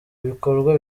ibikorwa